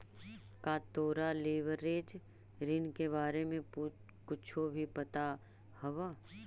का तोरा लिवरेज ऋण के बारे में कुछो भी पता हवऽ?